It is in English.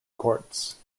courts